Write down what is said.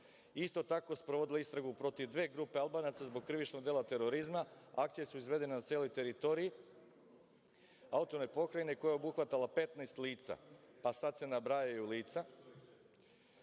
Isto tako je sprovodila istragu protiv dve grupe Albanaca zbog krivičnog dela terorizma. Akcije su izvedene na celoj teritoriji autonomne pokrajine koja je obuhvatala 15 lica, pa sad se nabrajaju lica,